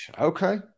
Okay